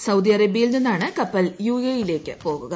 Saudi അറേബ്യയിൽ നിന്നാണ് കപ്പൽ യു എ ഇ യിലേക്ക് പോകുക